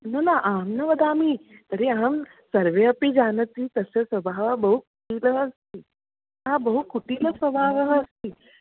न न अहं न वदामि तर्हि अहं सर्वे अपि जानन्ति तस्याः स्वभावः बहु कुटिलः अस्ति हा कुटिलस्वभावः अस्ति